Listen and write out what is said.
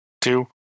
two